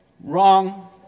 Wrong